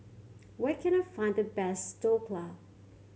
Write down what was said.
where can I find the best Dhokla